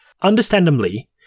Understandably